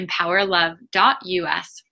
empowerlove.us